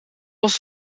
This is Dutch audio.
was